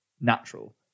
natural